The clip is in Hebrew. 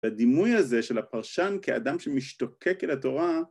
בדימוי הזה של הפרשן כאדם שמשתוקק אל התורה